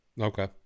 Okay